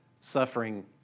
suffering